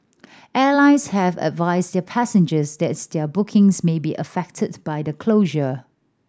airlines have advised their passengers that their bookings may be affected by the closure